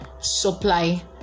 supply